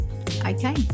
Okay